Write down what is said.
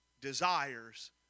desires